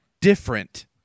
different